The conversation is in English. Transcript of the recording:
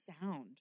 sound